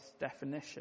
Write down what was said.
definition